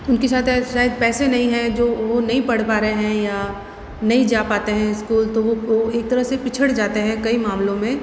उनके साथ आज शायद पैसे नहीं है जो वो नहीं पढ़ पा रहे हैं या नहीं जा पाते हैं स्कूल तो वो को एक तरह से पिछड़ जाते हैं कई मामलों में